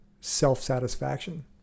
self-satisfaction